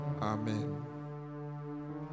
Amen